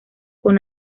con